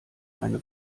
eine